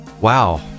wow